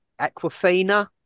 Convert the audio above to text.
Aquafina